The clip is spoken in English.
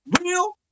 real